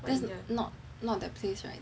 that's not not that place right